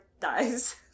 dies